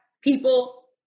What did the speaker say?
people